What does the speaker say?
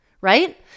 Right